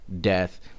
death